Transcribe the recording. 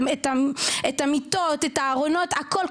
את המיטות ואת הארונות הכל,